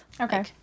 okay